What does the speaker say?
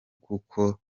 kuko